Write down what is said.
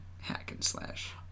hack-and-slash